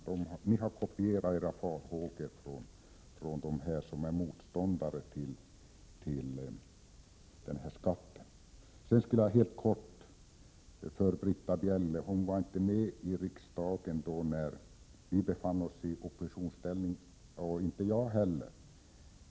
Ni har helt enkelt kopierat era farhågor från dem som är motståndare till den här skatten. Helt kort skulle jag vilja vända mig till Britta Bjelle. Hon var inte med i riksdagen när vi befann oss i oppositionsställning — och inte jag heller.